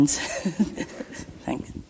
Thanks